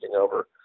over